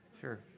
Sure